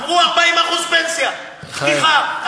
אמרו: 40% פנסיה פתיחה.